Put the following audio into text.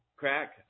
crack